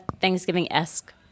Thanksgiving-esque